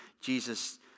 Jesus